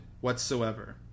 whatsoever